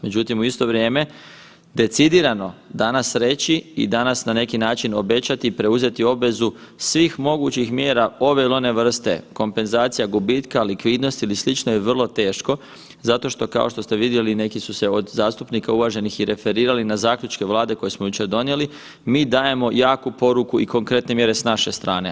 Međutim, u isto vrijeme decidirano danas reći i danas na neki način obećati i preuzeti obvezu svih mogućih mjera ove ili one vrste kompenzacija gubitka likvidnosti ili slično je vrlo teško zato kao što ste vidjeli neki su se od zastupnika uvaženih i referirali i na zaključke Vlade koje smo jučer donijeli, mi dajemo jaku poruku i konkretne mjere s naše strane.